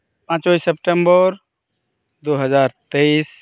ᱯᱟᱸᱪᱮᱭ ᱥᱮᱯᱴᱮᱢᱵᱚᱨ ᱫᱩᱦᱟᱡᱟᱨ ᱛᱮᱭᱤᱥ